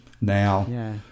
Now